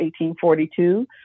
1842